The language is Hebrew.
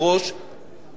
כי אנחנו תמיד מודים,